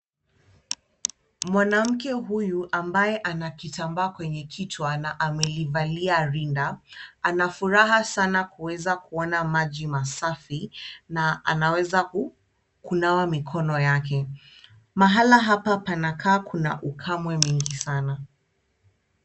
Mwanamke huyu ambaye ana kitambaa kwenye kichwa na amelivalia linda, anafuraha sana kuweza kuona maji masafi na anaweza kunawa mikono yake. Mahala hapa panakaa kuna ukame mingi sana.